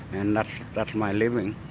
and that's my living.